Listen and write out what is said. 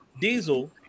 Diesel